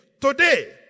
Today